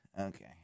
Okay